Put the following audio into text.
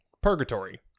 Purgatory